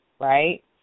right